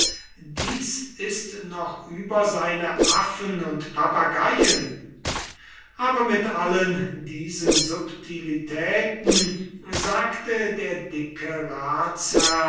dies ist noch über seine affen und papageien aber mit allen diesen subtilitäten sagte der dicke